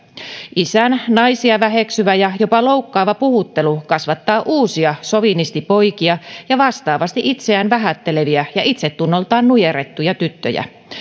isän naisia väheksyvä ja jopa loukkaava puhuttelu kasvattaa uusia sovinistipoikia ja vastaavasti itseään vähätteleviä ja itsetunnoltaan nujerrettuja tyttöjä